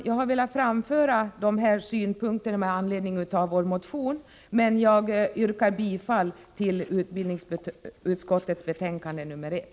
Jag har velat framföra dessa synpunkter med anledning av vår motion, men jag yrkar bifall till utskottets hemställan i dess betänkande nr 1.